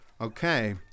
Okay